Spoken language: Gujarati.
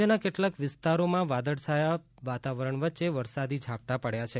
રાજ્યમાં કેટલાંક વિસ્તારોમાં વાદળછાયા વાતાવરણ વચ્ચે વરસાદી ઝાપટાં પડ્યાં છે